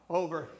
over